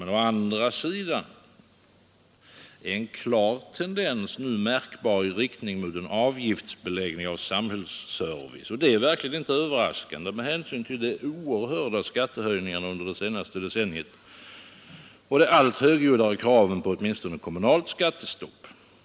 Men å andra sidan är en klar tendens nu märkbar i riktning mot avgiftsbeläggning av samhällsservice, och det är verkligen inte överraskande med hänsyn till de oerhörda skatteökningarna under det senaste decenniet och de allt högljuddare kraven på åtminstone kommunalt skattestopp.